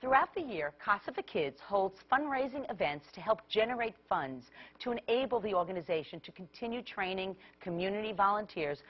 throughout the year casa kids hold fundraising events to help generate funds to enable the organization to continue training community volunteers